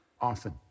often